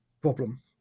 problem